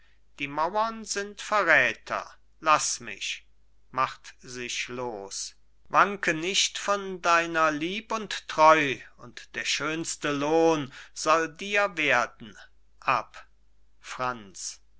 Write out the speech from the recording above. die mauern sind verräter laß mich macht sich los wanke nicht von deiner lieb und treu und der schönste lohn soll dir werden ab franz